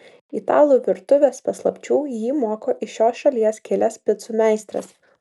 italų virtuvės paslapčių jį moko iš šios šalies kilęs picų meistras